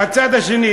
מצד שני,